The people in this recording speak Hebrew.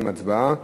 הצבעה.